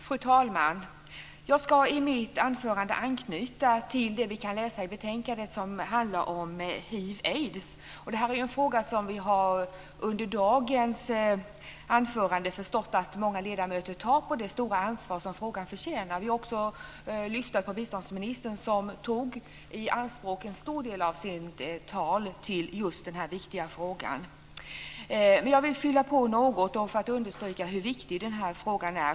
Fru talman! Jag ska i mitt anförande anknyta till det som vi kan läsa i betänkandet och som handlar om hiv/aids. Det är en fråga som vi under dagens debatt har förstått att många ledamöter tar på det stora allvar som den förtjänar. Vi har också lyssnat på biståndsministern, som tog en stor del av sitt anförande i anspråk till denna viktiga fråga. Men jag vill fylla på något för att understryka hur viktig den här frågan är.